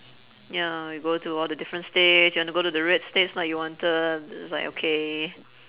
ya we'll go to all the different states and you wanna go to the red state like you wanted it's like okay